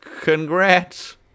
congrats